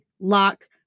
locked